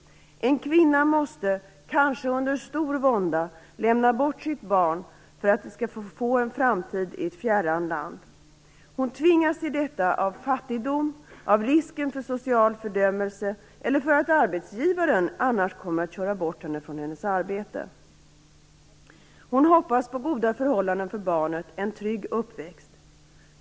En kvinna måste - kanske under stor vånda - lämna bort sitt barn för att det skall få en framtid i ett fjärran land. Hon tvingas till detta av fattigdom, av risken för social fördömelse eller för att arbetsgivaren annars kommer att köra bort henne från hennes arbete. Hon hoppas på goda förhållanden för barnet - en trygg uppväxt.